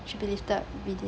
should be lifted within